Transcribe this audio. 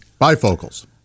Bifocals